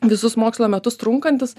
visus mokslo metus trunkantis